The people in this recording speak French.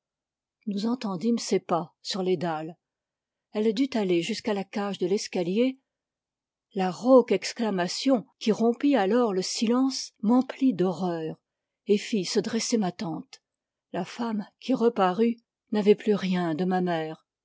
nous entendîmes ses pas sur les dalles elle dut aller jusqu'à la cage de l'escalier la rauque exclamation qui rompit alors le silence m'emplit d'horreur et fit se dresser ma tante la femme qui reparut n'avait plus rien de ma mère